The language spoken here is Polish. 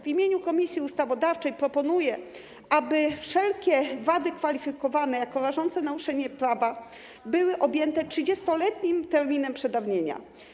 W imieniu Komisji Ustawodawczej proponuję, aby wszelkie wady kwalifikowane jako rażące naruszenie prawa były objęte 30-letnim terminem przedawnienia.